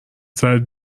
سرت